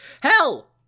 Hell